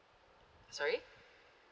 sorry